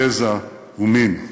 גזע ומין.